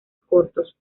cortos